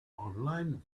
online